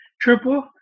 triple